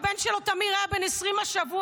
הבן שלו תמיר היה בן 20 השבוע.